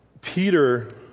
Peter